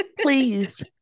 Please